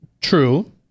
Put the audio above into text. True